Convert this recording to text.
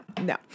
no